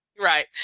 Right